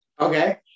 Okay